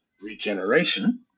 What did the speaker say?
Regeneration